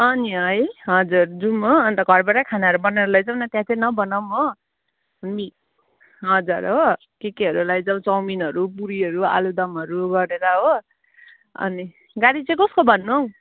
अँ नि है हजुर जाउँ हो अन्त घरबाटै खानाहरू बनाएर लैजाउँ न त्यहाँ मिलाउँ न यो कुरालाई चाहिँ नबनाउँ हो अनि हजुर हो के केहरू लैजाउँ चाउमिनहरू पुरीहरू आलुदमहरू गरेर हो अनि गाडी चाहिँ कसको भन्नु हौ